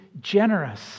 generous